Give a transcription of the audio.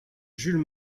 jules